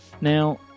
Now